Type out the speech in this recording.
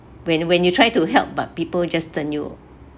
when when you try to help but people just turn you